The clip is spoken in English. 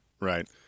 right